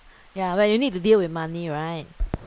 yeah when you need to deal with money right